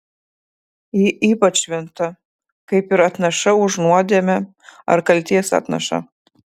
ji ypač šventa kaip ir atnaša už nuodėmę ar kaltės atnaša